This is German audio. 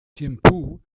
thimphu